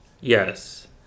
Yes